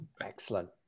Excellent